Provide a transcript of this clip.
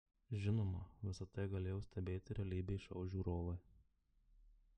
žinoma visa tai galėjo stebėti realybės šou žiūrovai